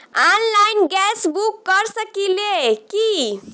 Online gas book कर सकिले की?